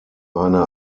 eine